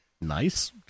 Nice